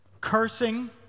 cursing